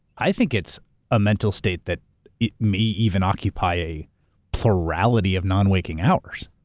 i think it's a mental state that may even occupy a plurality of non-waking hours.